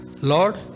Lord